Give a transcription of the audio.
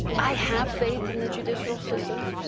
i have faith in the judicial system.